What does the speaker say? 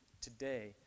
today